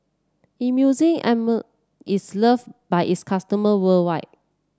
Emulsying Ointment is loved by its customer worldwide